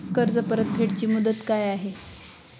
कर्ज परतफेड ची मुदत काय आहे?